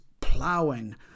plowing